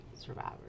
Survivors